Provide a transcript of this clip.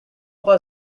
but